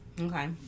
Okay